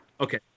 Okay